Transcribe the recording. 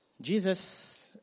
Jesus